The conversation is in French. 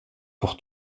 pour